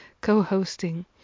co-hosting